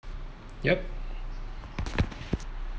yup